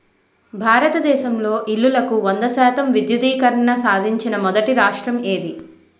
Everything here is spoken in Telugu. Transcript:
భారతదేశంలో ఇల్లులకు వంద శాతం విద్యుద్దీకరణ సాధించిన మొదటి రాష్ట్రం ఏది?